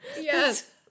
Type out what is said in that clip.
Yes